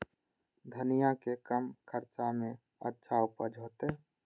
धनिया के कम खर्चा में अच्छा उपज होते?